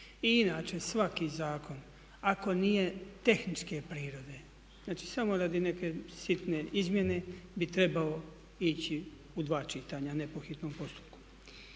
inače svaki zakon ako nije tehničke prirode, znači samo radi neke sitne izmjene, bi trebao ići u dva čitanja a ne po hitnom postupku.